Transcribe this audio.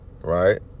right